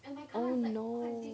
oh no